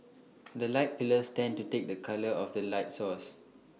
the light pillars tend to take the colour of the light source